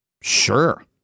Sure